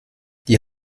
die